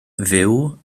fyw